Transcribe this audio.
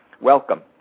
Welcome